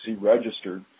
registered